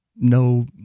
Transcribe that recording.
No